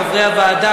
חברי הוועדה,